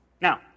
Now